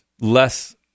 less